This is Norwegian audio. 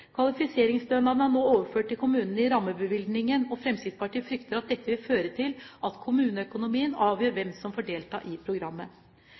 Kvalifiseringsstønaden er nå overført til kommunene i rammebevilgningen, og Fremskrittspartiet frykter at dette vil føre til at kommuneøkonomien avgjør hvem som får delta i programmet.